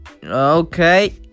Okay